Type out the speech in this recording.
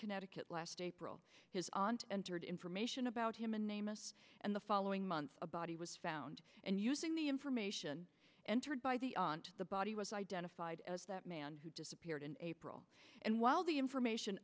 connecticut last april his aunt entered information about him in amos and the following month a body was found and using the information entered by the on the body was identified as that man who disappeared in a and while the information